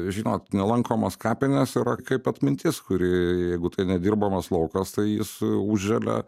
žinot nelankomos kapinės yra kaip atmintis kuri jeigu tai nedirbamas laukas tai jis užželia